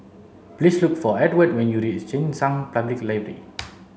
please look for Edward when you reach Cheng San Public Library